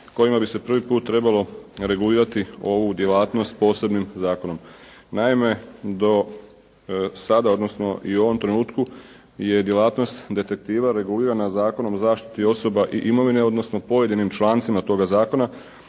kojim bi se prvi put trebalo regulirati ovu djelatnost posebnim zakonom. Naime, do sada, odnosno i u ovom trenutku je djelatnost detektiva regulirana Zakonom o zaštiti osoba i imovine, odnosno pojedinim člancima toga zakona